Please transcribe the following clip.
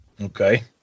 Okay